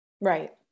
right